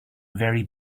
very